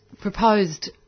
proposed